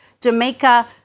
Jamaica